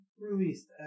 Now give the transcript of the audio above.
released